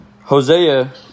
Hosea